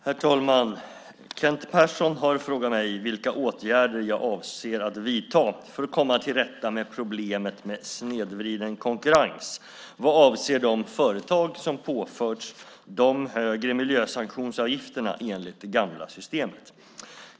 Herr talman! Kent Persson har frågat mig vilka åtgärder jag avser att vidta för att komma till rätta med problemet med snedvriden konkurrens vad avser de företag som påförts de högre miljösanktionsavgifterna enligt det gamla systemet.